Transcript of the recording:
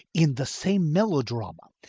in the same melodrama,